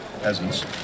Peasants